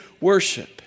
worship